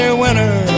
winner